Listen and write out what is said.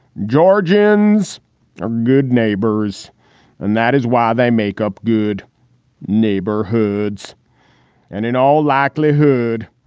georgians are good neighbors and that is why they make up good neighborhoods and in all likelihood,